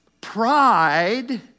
pride